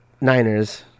Niners